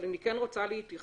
אבל אני כן רוצה להתייחס